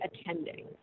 attending